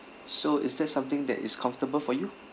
so is that something that is comfortable for you